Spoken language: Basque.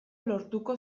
lortuko